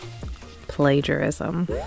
plagiarism